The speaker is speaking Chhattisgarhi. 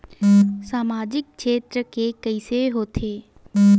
सामजिक क्षेत्र के कइसे होथे?